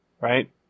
right